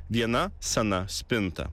viena sena spinta